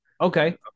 Okay